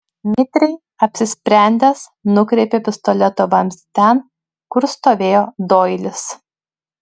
mitriai apsisprendęs nukreipė pistoleto vamzdį ten kur stovėjo doilis